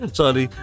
sorry